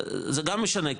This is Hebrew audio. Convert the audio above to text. זה גם משנה,